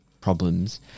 problems